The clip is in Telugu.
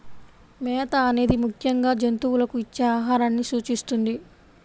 మేత అనేది ముఖ్యంగా జంతువులకు ఇచ్చే ఆహారాన్ని సూచిస్తుంది